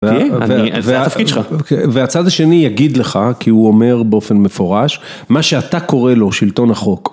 זה התפקיד שלך. והצד השני יגיד לך, כי הוא אומר באופן מפורש, מה שאתה קורא לו שלטון החוק.